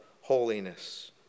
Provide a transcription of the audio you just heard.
holiness